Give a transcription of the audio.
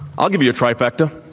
i'll give you a trifecta.